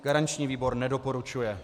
Garanční výbor nedoporučuje.